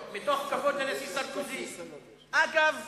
אגב,